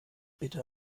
bitte